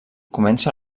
comença